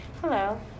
hello